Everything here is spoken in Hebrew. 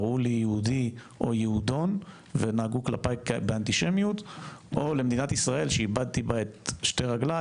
היו 2.5 מיליון יהודים כהלכה ב-1970 עד החוק.